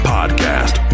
Podcast